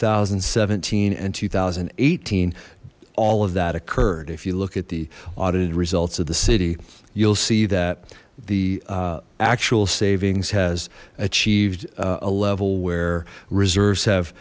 thousand and seventeen and two thousand and eighteen all of that occurred if you look at the audited results of the city you'll see that the actual savings has achieved a level where reserves have